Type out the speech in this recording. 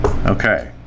okay